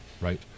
Right